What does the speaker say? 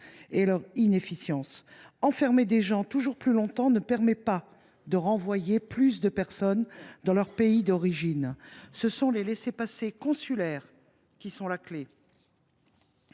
et leur inefficience. Enfermer des gens toujours plus longtemps ne permet pas de renvoyer plus de personnes dans leur pays d’origine. Ce sont les laissez passer consulaires qui sont la clé